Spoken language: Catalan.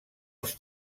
els